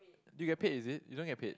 you get paid is it you don't get paid